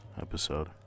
episode